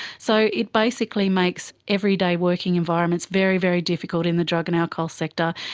so it basically makes everyday working environments very, very difficult in the drug and alcohol sector,